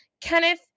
Kenneth